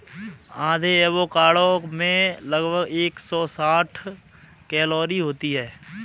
आधे एवोकाडो में लगभग एक सौ साठ कैलोरी होती है